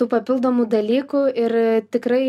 tų papildomų dalykų ir tikrai